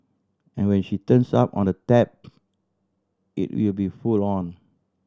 and when she turns on the tap it will be full on